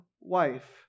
wife